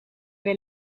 wel